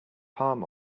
palm